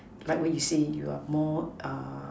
like what you say you are more err